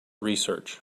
research